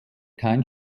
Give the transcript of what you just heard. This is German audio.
kein